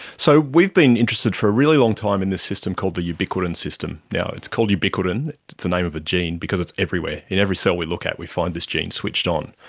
so we've been interested for a really long time in this system called the ubiquitin system. it's called ubiquitin, it's the name of a gene because it's everywhere, in every cell we look at we find this gene switched on.